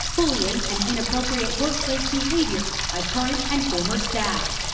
bullying and inappropriate workplace behavior by current and former staff.